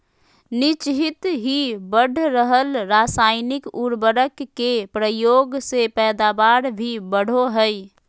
निह्चित ही बढ़ रहल रासायनिक उर्वरक के प्रयोग से पैदावार भी बढ़ो हइ